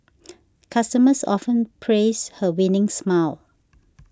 customers often praise her winning smile